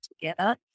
together